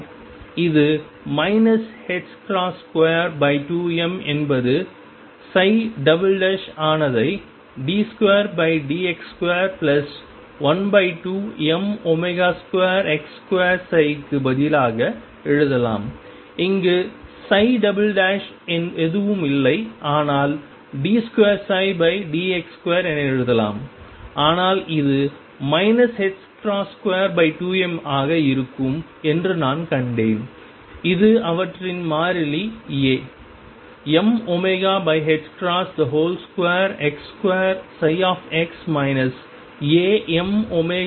இது 22m என்பது ஆனதை d2dx2 12m2x2 க்கு பதிலாக எழுதலாம் இங்கு எதுவும் இல்லை ஆனால் d2dx2 என எழுதலாம் ஆனால் இது 22m ஆக இருக்கும் என்று நான் கண்டேன் இது அவற்றின் மாறிலி A mω2x2x Amωx12m2x2Aψ